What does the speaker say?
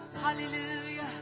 hallelujah